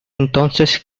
entonces